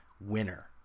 winner